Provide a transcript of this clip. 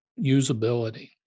usability